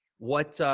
what,